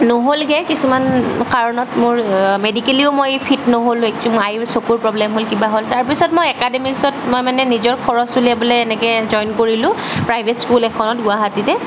নহ'লগে কিছুমান কাৰণত মোৰ মোৰ মেডিকেলিও মই ফিট নহ'লো চকু প্ৰৱ্লেম হ'ল কিবা হ'ল তাৰপিছত মই একাডেমিকছত মই মানে নিজৰ খৰচ উলিয়াবলৈ এনেকে জইন কৰিলোঁ প্ৰাইভেট স্কুল এখনত গুৱাহাটীতে